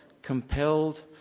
compelled